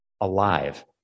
alive